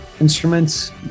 instruments